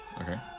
Okay